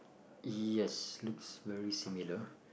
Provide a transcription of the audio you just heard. yes looks very similar